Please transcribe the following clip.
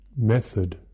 Method